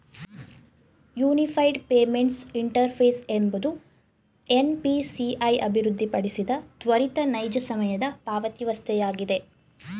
unified payments interface ಎಂಬುದು NPCI ಅಭಿವೃದ್ಧಿಪಡಿಸಿದ ತ್ವರಿತ ನೈಜ ಸಮಯದ ಪಾವತಿವಸ್ಥೆಯಾಗಿದೆ